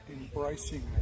embracing